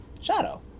Shadow